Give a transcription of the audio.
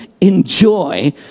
enjoy